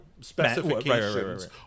specifications